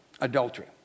adultery